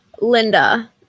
Linda